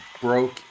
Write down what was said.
broke